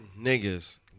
niggas